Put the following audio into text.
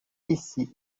ici